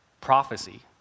Prophecy